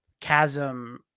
chasm